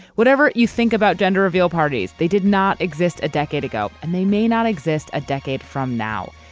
whatever you think about gender reveal parties they did not exist a decade ago and they may not exist a decade from now.